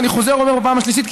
ואני חוזר ואומר בפעם השלישית,